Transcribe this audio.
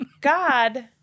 God